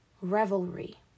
revelry